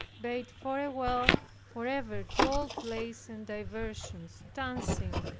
bade farewell forever to all plays and diversions, dancing,